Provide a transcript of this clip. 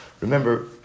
Remember